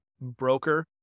broker